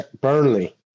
Burnley